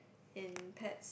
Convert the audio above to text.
in pets